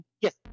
Yes